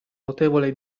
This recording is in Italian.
notevole